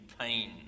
pain